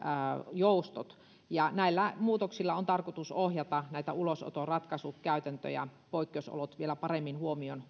joustot ja näillä muutoksilla on tarkoitus ohjata ulosoton ratkaisukäytäntöjä poikkeusolot vielä paremmin huomioon